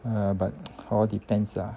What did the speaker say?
uh but all depends lah